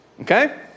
Okay